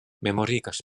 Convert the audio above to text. memorigas